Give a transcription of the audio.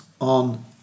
on